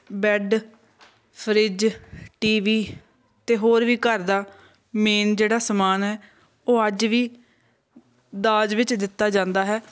bed fridge TV ਅਤੇ ਹੋਰ ਵੀ ਘਰ ਦਾ ਮੇਨ ਜਿਹੜਾ ਸਮਾਨ ਹੈ ਉਹ ਅੱਜ ਵੀ ਦਾਜ ਵਿੱਚ ਦਿੱਤਾ ਜਾਂਦਾ ਹੈ